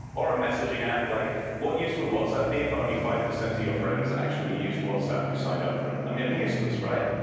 or a messaging app like what use would whatsapp be if only five percent of your friends actually used whatsapp who signed up for it. i mean it would be useless, right?